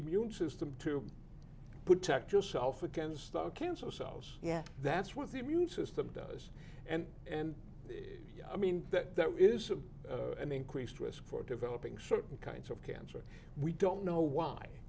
immune system to protect yourself against our cancer cells yeah that's what the immune system does and and yeah i mean that there is an increased risk for developing certain kinds of cancer we don't know why